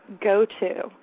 go-to